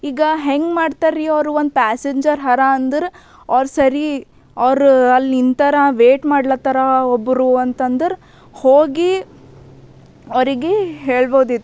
ಈಗ ಹೆಂಗೆ ಮಾಡ್ತಾರ್ರಿ ಅವರು ಒಂದು ಪ್ಯಾಸೆಂಜರ್ ಹರ ಅಂದ್ರ ಅವ್ರು ಸರಿ ಅವ್ರು ಅಲ್ಲಿ ನಿಂತರ ವೇಟ್ ಮಾಡ್ಲತ್ತರ ಒಬ್ಬರು ಅಂತಂದ್ರ ಹೋಗಿ ಅವರಿಗೇ ಹೇಳ್ಬೋದಿತ್ತು